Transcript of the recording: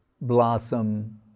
blossom